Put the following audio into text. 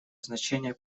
значение